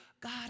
God